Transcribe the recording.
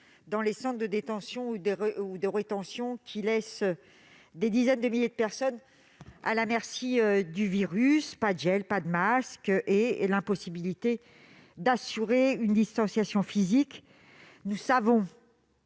dans les centres de détention ou de rétention, qui laisse des dizaines de milliers de personnes à la merci du virus : pas de gel, pas de masques et impossibilité d'assurer une distanciation physique. Nous savons